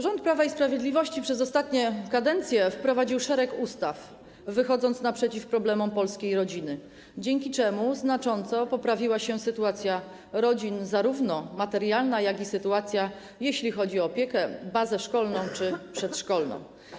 Rząd Prawa i Sprawiedliwości przez ostatnie kadencje wprowadził szereg ustaw, wychodząc naprzeciw problemom polskich rodzin, dzięki czemu znacząco poprawiła się sytuacja rodzin, zarówno sytuacja materialna, jak i sytuacja, jeśli chodzi o opiekę, bazę szkolną czy przedszkolną.